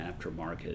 aftermarket